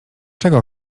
czego